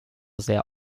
sehr